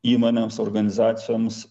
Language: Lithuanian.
įmonėms organizacijoms